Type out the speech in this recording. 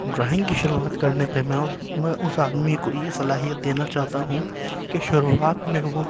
drawing کی شروعات کرنے پہ میں اس میں اس آدمی کو یہ صلاحیت دینا چاہتا ہوں کہ شروعات میں وہ